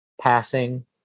passing